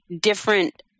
different